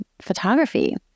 photography